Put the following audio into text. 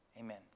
amen